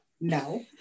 no